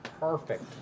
perfect